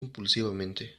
impulsivamente